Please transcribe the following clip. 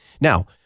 Now